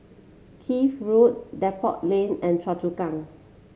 Keene Road Depot Lane and Choa Chu Kang